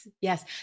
Yes